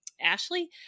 Ashley